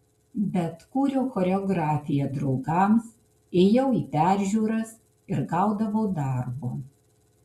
bet kūriau choreografiją draugams ėjau į peržiūras ir gaudavau darbo